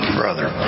brother